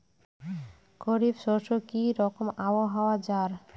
খরিফ শস্যে কি রকম আবহাওয়ার?